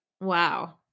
Wow